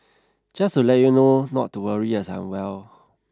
just to let you know not to worry as I'm well